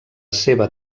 seva